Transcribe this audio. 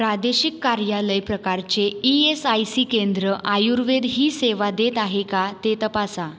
प्रादेशिक कार्यालय प्रकारचे ई एस आय सी केंद्र आयुर्वेद ही सेवा देत आहे का ते तपासा